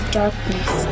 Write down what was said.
darkness